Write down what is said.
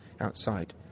outside